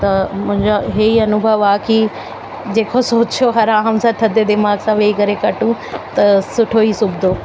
त मुंहिंजा इहे ई अनुभव आहे की जेको सोचियो आराम सां थधे दिमाग़ सां वेही करे कटू त सुठो ई सिबंदो